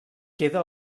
queda